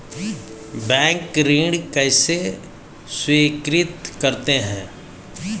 Bank ऋण कैसे स्वीकृत करते हैं?